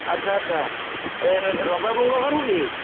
ଆଚ୍ଛା ଆଚ୍ଛା ଏ ରବି ବାବୁଙ୍କ ଘରୁ କି